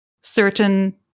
certain